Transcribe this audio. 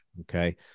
okay